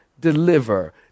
deliver